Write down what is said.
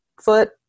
foot